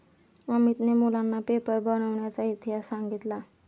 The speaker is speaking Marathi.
अमितने मुलांना पेपर बनविण्याचा इतिहास सांगितला